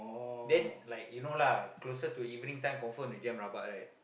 then like you know lah closer to evening time confirm the jam rabak right